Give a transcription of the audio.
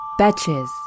Betches